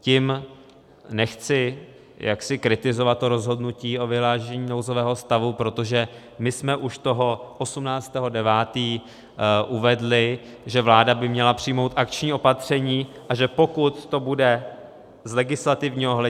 Tím nechci jaksi kritizovat rozhodnutí o vyhlášení nouzového stavu, protože my jsme už toho 18. 9. uvedli, že vláda by měla přijmout akční opatření, a že pokud to bude z legislativního,